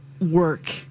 work